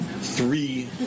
three